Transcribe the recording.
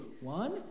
One